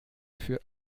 für